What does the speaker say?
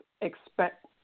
expect